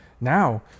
now